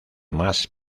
más